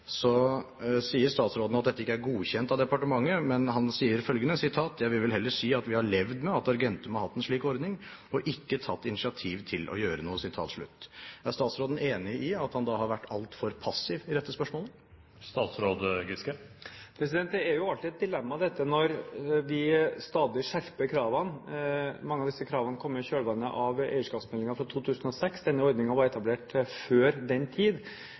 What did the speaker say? statsråden at dette ikke er godkjent av departementet, men han sier følgende: «Jeg vil vel heller si at vi har levd med at Argentum har hatt en slik ordning, og ikke tatt initiativ til å gjøre noe.» Er statsråden enig i at han har vært altfor passiv i dette spørsmålet? Det er jo alltid et dilemma når vi stadig skjerper kravene. Mange av disse kravene kom i kjølvannet av eierskapsmeldingen fra 2006. Denne ordningen var etablert før den tid.